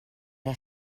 der